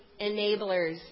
enablers